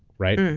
right?